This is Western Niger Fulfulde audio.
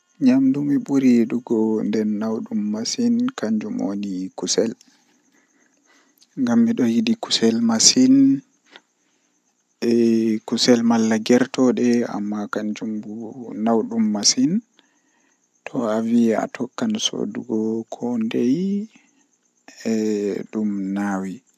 Ahawta ayon malla woggirgel ma haa hiite to hiite man wuli masin sei a hhosa kare ma aweita atokka nyo'ugo kare man, Adon nyobba dum ado nyo'a atawan kare man don walta atagga dum no ayidi haa atimmina woggago.